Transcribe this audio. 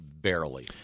barely